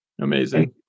Amazing